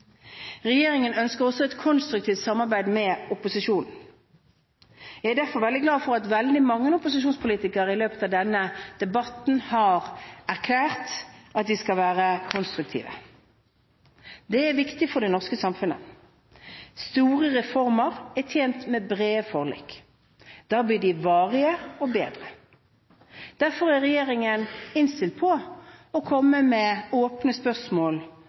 Regjeringen ønsker også et konstruktivt samarbeid med opposisjonen. Jeg er derfor veldig glad for at veldig mange opposisjonspolitikere i løpet av denne debatten har erklært at de skal være konstruktive. Det er viktig for det norske samfunnet. Store reformer er tjent med brede forlik. Da blir de varige og bedre. Derfor er regjeringen innstilt på å komme med åpne spørsmål